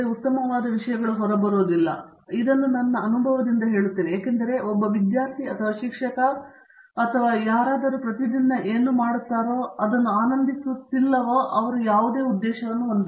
ಮತ್ತೊಮ್ಮೆ ನಾನು ಇದನ್ನು ಅನುಭವದಿಂದ ಹೇಳುತ್ತೇನೆ ಏಕೆಂದರೆ ಒಬ್ಬ ವಿದ್ಯಾರ್ಥಿ ಅಥವಾ ಶಿಕ್ಷಕ ಅಥವಾ ಯಾರು ಪ್ರತಿದಿನ ಏನು ಮಾಡುತ್ತಾರೆ ಆನಂದಿಸುತ್ತಿಲ್ಲವೋ ಅವರು ಯಾವುದೇ ಉದ್ದೇಶವನ್ನು ಹೊಂದಿಲ್ಲ